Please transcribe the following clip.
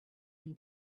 from